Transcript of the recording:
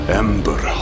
ember